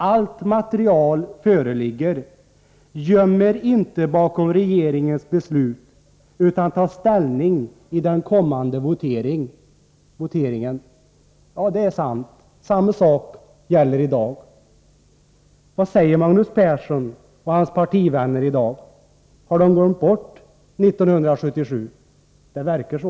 Allt material föreligger. Göm er inte bakom regeringens beslut, utan ta ställning i den kommande voteringen!” Det är sant! Detsamma gäller i dag. Men vad säger Magnus Persson och hans partivänner i dag? Har de glömt bort 1977? Det verkar så!